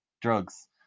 drugs